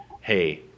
hey